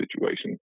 situation